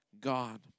God